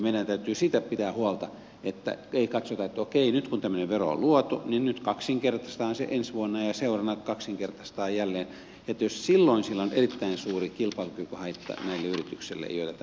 meidän täytyy siitä pitää huolta että ei katsota että okei nyt kun tämmöinen vero on luotu niin kaksinkertaistetaan se ensi vuonna ja seuraavana kaksinkertaistetaan jälleen koska silloin se on erittäin suuri kilpailukykyhaitta näille yrityksille joita tämä koskee